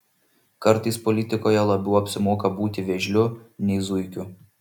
kartais politikoje labiau apsimoka būti vėžliu nei zuikiu